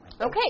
Okay